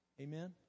Amen